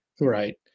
Right